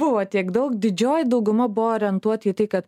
buvo tiek daug didžioji dauguma buvo orientuoti į tai kad